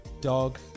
Dog